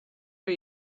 for